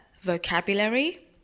vocabulary